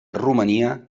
romania